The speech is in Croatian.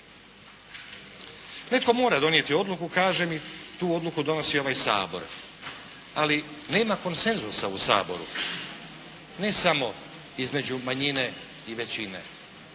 Netko mora donijeti odluku kažem, i tu odluku donosi ovaj Sabor, ali nema konsenzusa u Saboru, ne samo između manjine i većine